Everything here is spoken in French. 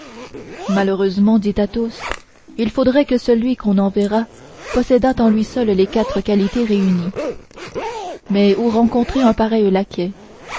malheureusement dit athos il faudrait que celui qu'on enverra possédât en lui seul les quatre qualités réunies mais où rencontrer un pareil laquais